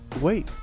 wait